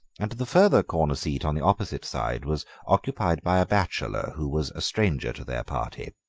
and the further corner seat on the opposite side was occupied by a bachelor who was a stranger to their party,